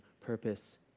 purpose